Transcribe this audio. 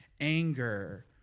anger